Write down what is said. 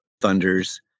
thunders